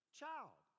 child